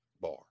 bar